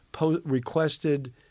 requested